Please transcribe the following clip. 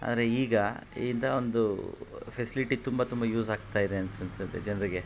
ಆದರೆ ಈಗ ಇಂಥ ಒಂದು ಫೆಸ್ಲಿಟಿ ತುಂಬ ತುಂಬ ಯೂಸ್ ಆಗ್ತಾಯಿದೆ ಅನ್ಸ್ ಅನ್ಸತ್ತೆ ಜನರಿಗೆ